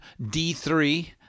D3